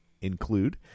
Include